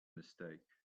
mistake